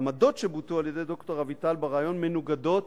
והעמדות שבוטאו על-ידי ד"ר אביטל בריאיון מנוגדות